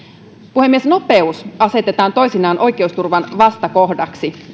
puhemies nopeus asetetaan toisinaan oikeusturvan vastakohdaksi